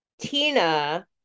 Tina